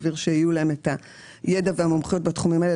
סביר שיהיו להם את הידע והמומחיות בתחומים האלה,